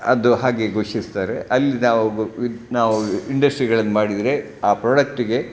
ಅದು ಹಾಗೆ ಘೋಷಿಸ್ತಾರೆ ಅಲ್ಲಿ ನಾವು ಇದು ನಾವು ಇಂಡಸ್ಟ್ರಿಗಳನ್ನು ಮಾಡಿದರೆ ಆ ಪ್ರೊಡಕ್ಟಿಗೆ